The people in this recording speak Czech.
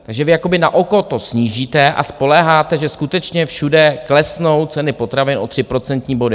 Takže vy jakoby na oko to snížíte a spoléháte, že skutečně všude klesnou ceny potravin o tři procentní body.